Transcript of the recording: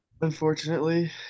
unfortunately